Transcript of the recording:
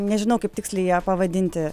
nežinau kaip tiksliai ją pavadinti